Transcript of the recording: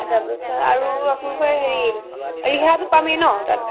তাৰ পিছত আৰু আপোনালোকৰ হেৰি ৰিহাটো পামেই ন তাত